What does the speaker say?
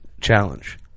challenge